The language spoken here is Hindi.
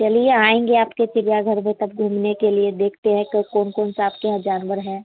चलिए आएँगे आपके चिड़ियाघर में तब घूमने के लिए देखते हैं के कोन कोन सा आपके यहाँ जानवर है